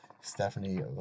Stephanie